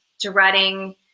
dreading